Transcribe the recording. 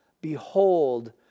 Behold